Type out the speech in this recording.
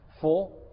four